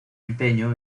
empeño